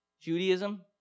Judaism